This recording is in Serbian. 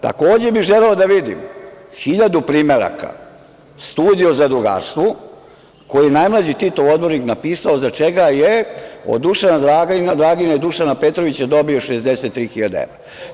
Takođe bih želeo da vidim hiljadu primeraka studije o zadrugarstvu koju je najmlađi Titov odbornik napisao, za čega je od Dušana Dragina i Dušana Petrovića dobio 63 hiljade evra.